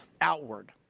outward